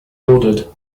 ordered